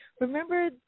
remember